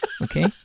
Okay